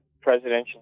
presidential